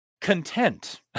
content